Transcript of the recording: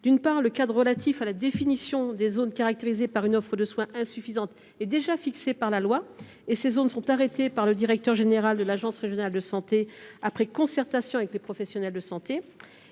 d’une part, le cadre relatif à la définition des zones caractérisées par une offre de soins insuffisante est déjà fixé par la loi, et ces zones sont arrêtées par le directeur général de l’ARS après concertation avec les professionnels de santé